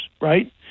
Right